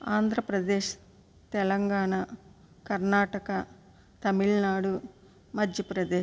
Andhra Pradesh Telangana Karnataka Tamil Nadu Madhya Pradesh